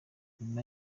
nyuma